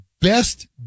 best